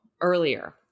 earlier